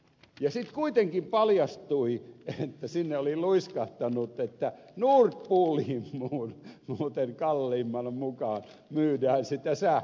sitten kuitenkin paljastui että sinne oli luiskahtanut että nord pooliin muuten kalliimman mukaan myydään sitä sähköä